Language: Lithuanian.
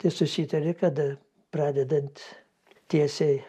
tai susitari kada pradedant tiesiai